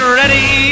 ready